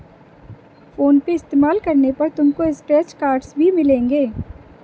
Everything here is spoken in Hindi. फोन पे इस्तेमाल करने पर तुमको स्क्रैच कार्ड्स भी मिलेंगे